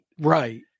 Right